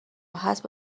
هست